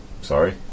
Sorry